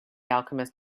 alchemist